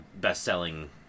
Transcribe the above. best-selling